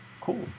Cool